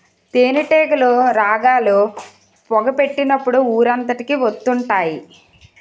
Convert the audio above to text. తేనేటీగలు రాగాలు, పొగ పెట్టినప్పుడు ఊరంతకి వత్తుంటాయి